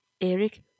Eric